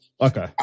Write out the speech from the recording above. Okay